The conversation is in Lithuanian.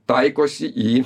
taikosi į